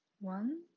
one